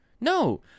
No